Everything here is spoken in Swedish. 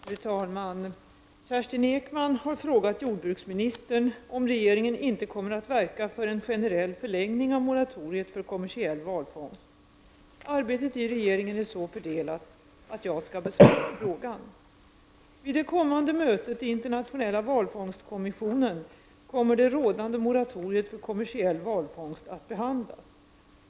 Fru talman! Kerstin Ekman har frågat jordbruksministern om regeringen inte kommer att verka för en generell förlängning av moratoriet för kommersiell valfångst. Arbetet i regeringen är så fördelat att jag skall besvara frågan. Vid det kommande mötet i internationella valfångstkommissionen kommer det rådande moratoriet för kommersiell valfångst att behandlas.